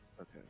Okay